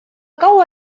kaua